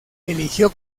eligió